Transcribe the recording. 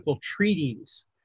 treaties